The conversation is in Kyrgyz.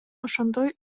ошондой